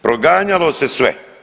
Proganjalo se sve.